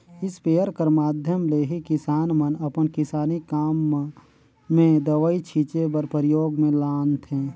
sprayer कर माध्यम ले ही किसान मन अपन किसानी काम मन मे दवई छीचे बर परियोग मे लानथे